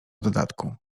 dodatku